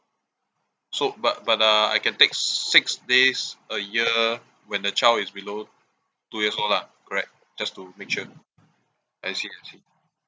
so but but uh I can take s~ six days a year when the child is below two years old lah correct just to make sure I see I see